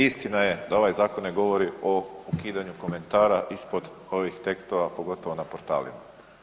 Istina je da ovaj zakon ne govori o ukidanju komentara ispod ovih tekstova pogotovo na portalima.